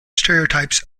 stereotypes